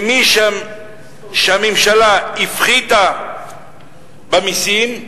מי שהממשלה הפחיתה לו מסים,